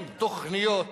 אם תוכניות